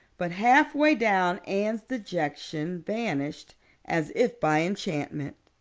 but halfway down anne's dejection vanished as if by enchantment.